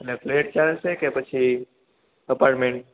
અને ફ્લેટ ચાલશે કે પછી અપાર્ટમેન્ટ